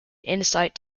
insight